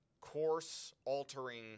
course-altering